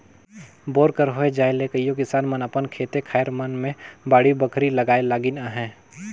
bore कर होए जाए ले कइयो किसान मन अपन खेते खाएर मन मे बाड़ी बखरी लगाए लगिन अहे